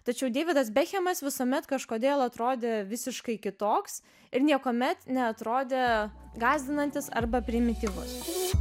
tačiau deividas bekhemas visuomet kažkodėl atrodė visiškai kitoks ir niekuomet neatrodė gąsdinantis arba primityvus